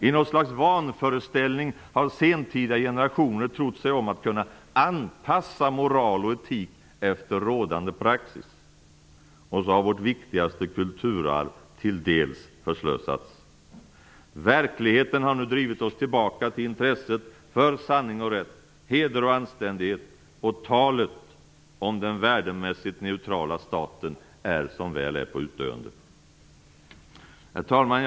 I något slags vanföreställning har sentida generationer trott sig om att kunna anpassa moral och etik efter rådande praxis. Så har vårt viktigaste kulturarv till dels förslösats. Verkligheten har nu drivit oss tillbaka till intresset för sanning och rätt, heder och anständighet. Talet om den värdemässigt neutrala staten är, som väl är, på utdöende. Herr talman!